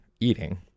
eating